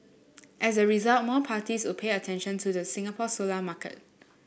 as a result more parties would pay attention to the Singapore solar market